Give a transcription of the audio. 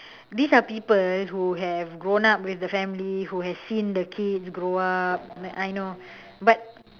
these are people who have grown up with the family who have seen the kids grow up I know but